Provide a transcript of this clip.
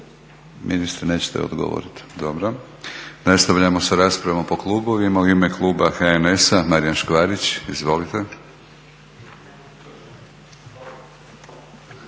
Ministre nećete odgovorit? Dobro. Nastavljamo sa raspravom po klubovima. U ime kluba HNS-a Marijan Škvarić. Izvolite.